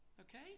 Okay